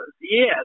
yes